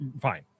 fine